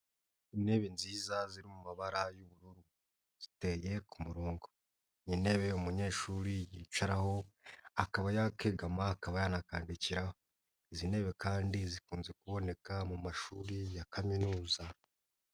Intebe nziza ziri mu mabara y'ubururu, ziteye ku murongo. Ni intebe umunyeshuri yicaraho, akaba yakegama, akaba yanakandikiraho, izi ntebe kandi zikunze kuboneka mu mashuri ya kaminuza.